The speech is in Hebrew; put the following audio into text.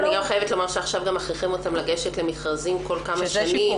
אני גם חייבת לומר שעכשיו מכריחים אותם לגשת למכרזים בכל כמה שנים,